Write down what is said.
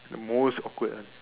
the most awkward one